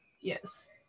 Yes